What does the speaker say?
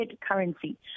currency